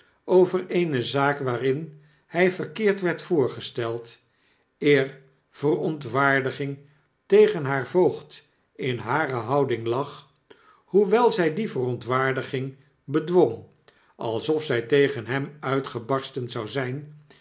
over eene zaak waarin hy verkeerd werd voorgesteld eer verontwaardiging tegen haar voogd in hare houding lag hoewelzydie verontwaardiging bedwong alsof zij tegen hem uitgebarsten zou zyn